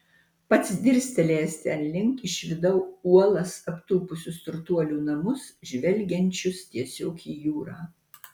pats dirstelėjęs ten link išvydau uolas aptūpusius turtuolių namus žvelgiančius tiesiog į jūrą